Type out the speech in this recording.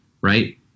right